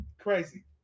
Crazy